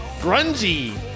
grungy